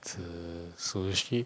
吃 sushi